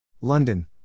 London